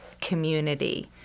community